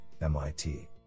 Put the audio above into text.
MIT